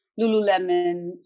Lululemon